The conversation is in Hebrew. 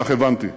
כך הבנתי.